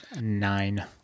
Nine